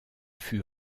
fut